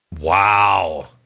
Wow